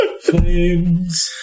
Flames